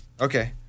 Okay